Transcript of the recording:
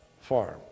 farm